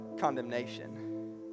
condemnation